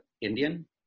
Indian